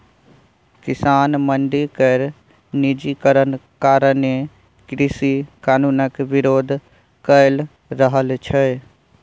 किसान मंडी केर निजीकरण कारणें कृषि कानुनक बिरोध कए रहल छै